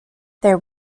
there